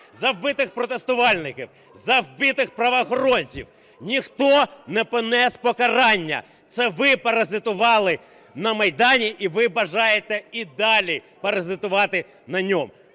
за вбитих протестувальників, за вбитих правоохоронців. Ніхто не поніс покарання. Це ви паразитували на Майдані, і ви бажаєте і далі паразитувати на ньому.